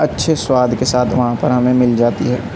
اچھے سواد کے ساتھ وہاں پر ہمیں مل جاتی ہے